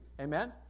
Amen